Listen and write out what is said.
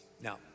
now